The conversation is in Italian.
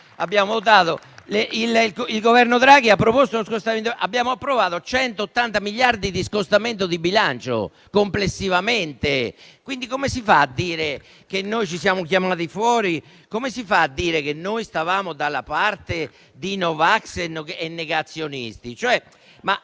Abbiamo approvato 180 miliardi di scostamento di bilancio, complessivamente. Quindi, come si fa a dire che noi ci siamo chiamati fuori? Come si fa a dire che noi stavamo dalla parte dei no vax e dei negazionisti?